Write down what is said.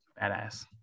Badass